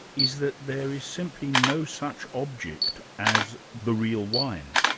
is that there is simply no such object as the real wine.